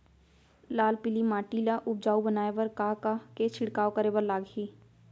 लाल पीली माटी ला उपजाऊ बनाए बर का का के छिड़काव करे बर लागही?